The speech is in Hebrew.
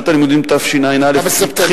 שנת הלימודים תשע"א, בספטמבר.